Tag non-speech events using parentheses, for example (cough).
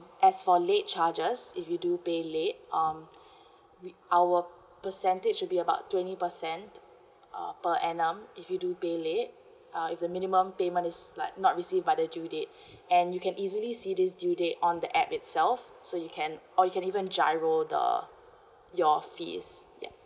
as for late charges if you do pay late um (breath) our percentage will be about twenty percent uh per annum if you do pay late uh if the minimum payment is like not received by the due date (breath) and you can easily see this due date on the app itself so you can or you can even GIRO the your fees yup